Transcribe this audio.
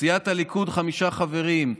סיעת הליכוד, חמישה חברים: